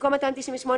במקום "298,